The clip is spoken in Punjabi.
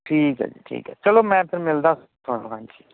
ਠੀਕ ਹੈ ਜੀ ਠੀਕ ਹੈ ਚਲੋ ਮੈਂ ਫਿਰ ਮਿਲਦਾ ਤੁਹਾਨੂੰ ਹਾਂਜੀ